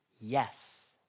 yes